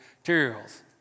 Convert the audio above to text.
materials